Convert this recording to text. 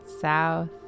south